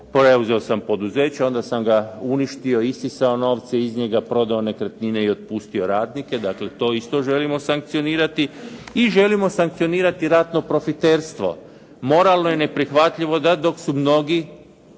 preuzeo sam poduzeće, onda sam ga uništio, isisao novce iz njega, prodao nekretnine i otpustio radnike, dakle to isto želimo sankcionirati. I želimo sankcionirati ratno profiterstvo. Moralno je neprihvatljivo dok su mnogi